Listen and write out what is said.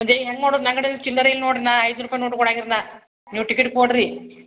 ಅದೇ ಹೆಂಗೆ ಮಾಡೋದು ನಗಡಲ್ ಚಿಲ್ಲರೆ ಇಲ್ಲ ನೋಡಿ ನಾ ಐನೂರು ನೋಟ್ ಕೊಡಂಗಿರ್ ನಾ ನೀವು ಟಿಕೆಟ್ ಕೊಡ್ರಿ